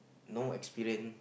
no experience